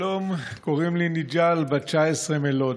שלום, קוראים לי נג'לאא, בת 19, מלוד.